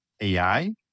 AI